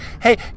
hey